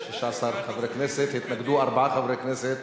16 חברי כנסת, התנגדו ארבעה חברי כנסת,